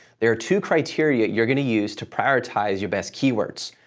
there are two criteria you're going to use to prioritize your best keywords,